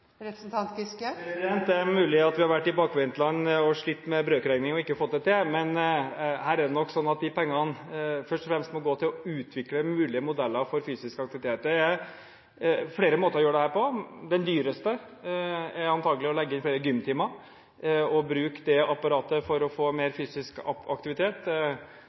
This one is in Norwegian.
Det er mulig at vi har vært i bakvendtland og slitt med brøkregning og ikke fått det til, men her er det nok slik at de pengene først og fremst må gå til å utvikle mulige modeller for fysisk aktivitet. Det er flere måter å gjøre dette på. Den dyreste er antakelig å legge inn flere gymtimer og bruke det apparatet for å få mer fysisk aktivitet.